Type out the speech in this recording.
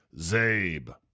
Zabe